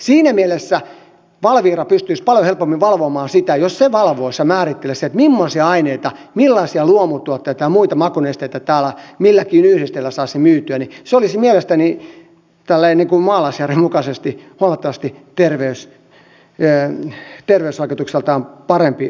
siinä mielessä valvira pystyisi paljon helpommin valvomaan sitä jos se valvoisi ja määrittelisi millaisia aineita millaisia luomutuotteita ja muita makunesteitä täällä milläkin yhdisteellä saisi myytyä ja se olisi mielestäni maalaisjärjen mukaisesti terveysvaikutuksiltaan huomattavasti parempi asia